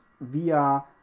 via